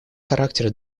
характер